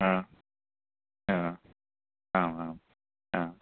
हा हा आम् आं हा